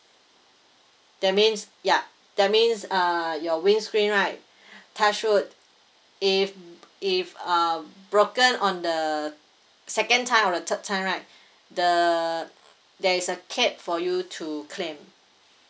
that means yup that means uh your windscreen right touch wood if if uh broken on the second time or the third time right the there is a cap for you to claim